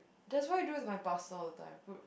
that's what I do with my pasta all the time